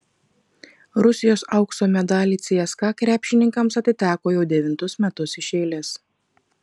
rusijos aukso medaliai cska krepšininkams atiteko jau devintus metus iš eilės